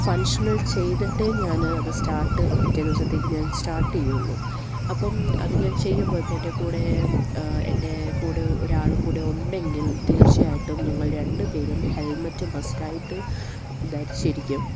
functional ചെയ്തിട്ട് ഞാൻ അത് സ്റ്റാട്ട് പിറ്റേ ദിവസത്തേക്ക് ഞാൻ സ്റ്റാർട്ട് ചെയ്യുള്ളു അപ്പം അത് ഞാൻ ചെയ്യുമ്പം ഇപ്പം എൻ്റെ കൂടെ എൻ്റെ കൂടെ ഒരാളും കൂടെ ഉണ്ടെങ്കിൽ തീർച്ചയായിട്ടും ഞങ്ങൾ രണ്ട് പേരും ഹെൽമറ്റും മസ്റ്റ ആയിട്ട് ധരിച്ചിരിക്കും